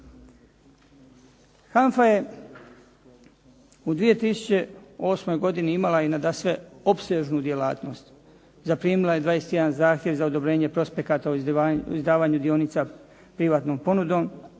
HANFA je u 2008. godini imala i nadasve opsežnu djelatnost. Zaprimila je 21 zahtjev za odobrenje prospekata o izdavanju dionica privatnom ponudom,